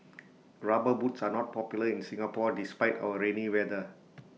rubber boots are not popular in Singapore despite our rainy weather